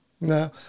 No